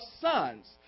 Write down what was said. sons